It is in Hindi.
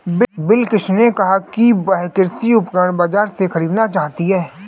बिलकिश ने कहा कि वह कृषि उपकरण बाजार से खरीदना चाहती है